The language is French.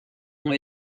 ont